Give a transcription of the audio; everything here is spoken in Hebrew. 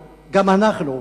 גם אנחנו,